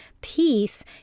peace